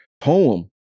poem